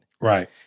right